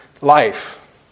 life